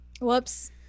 Whoops